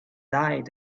died